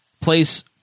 place